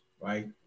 right